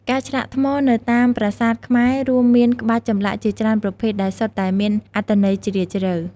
ការឆ្លាក់ថ្មនៅតាមប្រាសាទខ្មែររួមមានក្បាច់ចម្លាក់ជាច្រើនប្រភេទ ដែលសុទ្ធតែមានអត្ថន័យជ្រាលជ្រៅ។